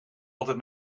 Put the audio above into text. altijd